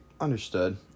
Understood